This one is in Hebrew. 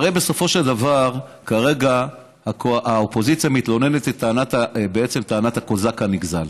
הרי בסופו של דבר כרגע האופוזיציה זועקת את זעקת הקוזק הנגזל.